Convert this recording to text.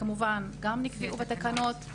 שכמובן גם נקבעו בתקנות.